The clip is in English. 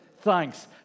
Thanks